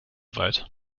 weit